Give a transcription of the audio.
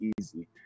easy